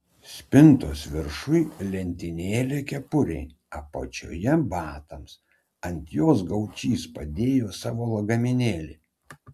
spintos viršuj lentynėlė kepurei apačioje batams ant jos gaučys padėjo savo lagaminėlį